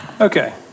Okay